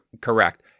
Correct